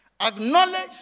Acknowledge